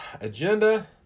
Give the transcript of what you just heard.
agenda